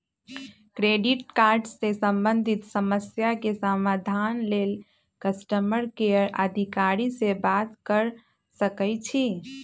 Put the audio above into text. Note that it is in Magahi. क्रेडिट कार्ड से संबंधित समस्या के समाधान लेल कस्टमर केयर अधिकारी से बात कर सकइछि